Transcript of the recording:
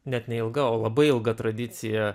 net ne ilga o labai ilga tradicija